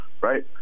Right